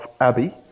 Abbey